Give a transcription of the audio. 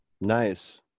Nice